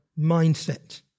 mindset